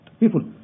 People